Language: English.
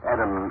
Adam